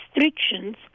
restrictions